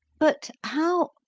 but how,